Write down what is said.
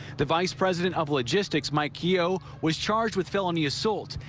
the vice president of logistics mike yeo was charged with felony assault.